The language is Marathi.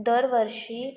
दरवर्षी